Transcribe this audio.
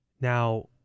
Now